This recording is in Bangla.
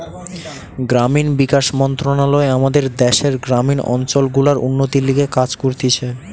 গ্রামীণ বিকাশ মন্ত্রণালয় আমাদের দ্যাশের গ্রামীণ অঞ্চল গুলার উন্নতির লিগে কাজ করতিছে